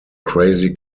crazy